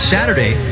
Saturday